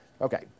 Okay